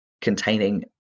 containing